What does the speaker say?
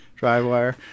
Drivewire